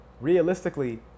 realistically